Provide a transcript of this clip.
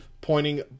pointing